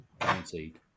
guaranteed